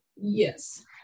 Yes